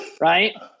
right